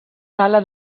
sala